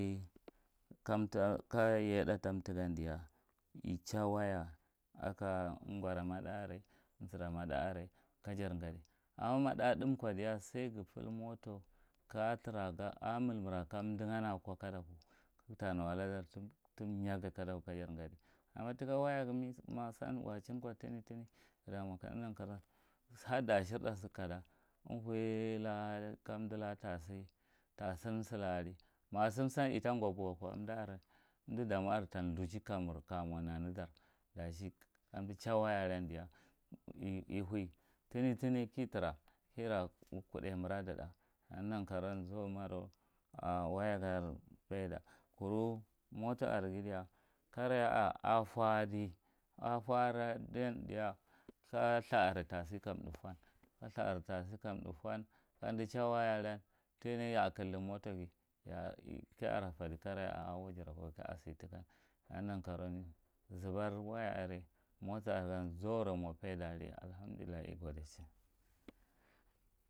Kamta, ka yayaɗa ta mtagan diya, a cha waya aka ngwaramaɗa are amztramaɗa are kajar ngadi. Amma ma ɗa dam sai ja fil mato, ga tara a milmdra kamdangan akwa kadaku amuta nuwakdar tamyaga kadaku kajar ngadi. Amma taka waya ga ma san wachin kwa tani tani ga mwa kanaga nakaran hada ashirɗa sa kada. amrui la di, kamdola ta san sauri, ma san san stangwa bu waka, amda damwa are ta lithuchi ka nur, ka mwa naaar. Dachi kama cha wayaran diya a hui tana tana ki tara, kira kudai miradaɗa, ada nakaran wayagan zauro paida, kuru moto are ga diya kareya a, a fwa di, a fwa anan diya ta litha are ta sa kam mna fwan, ka ltha are ta sa kam mad fwan, kamdo cha wanarantani ya a kadi mato ga ka yaara tadi karaya’a a wajiraka kaya sa ta kan. Ada nankaroan, zubar mato are, waya arthn, zoro mwa paidari alhamdullah, a gadechin.